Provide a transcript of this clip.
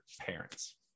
parents